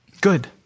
good